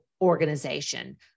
organization